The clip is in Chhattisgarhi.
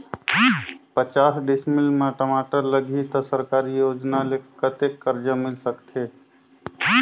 पचास डिसमिल मा टमाटर लगही त सरकारी योजना ले कतेक कर्जा मिल सकथे?